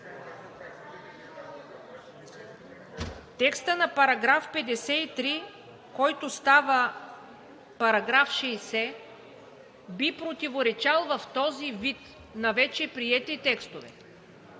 Текстът на § 53, който става § 60, би противоречал в този вид на вече приети текстове.